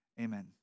amen